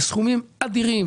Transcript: סכומים אדירים.